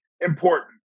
important